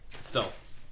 Stealth